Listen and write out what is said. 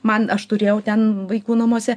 man aš turėjau ten vaikų namuose